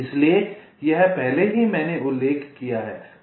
इसलिए यह पहले ही मैंने उल्लेख किया है